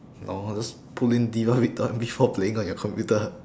no just pull in before playing on your computer